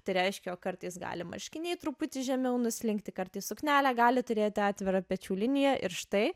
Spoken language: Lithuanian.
tai reiškia kartais gali marškiniai truputį žemiau nuslinkti kartais suknelė gali turėti atvirą pečių liniją ir štai